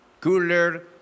cooler